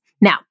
Now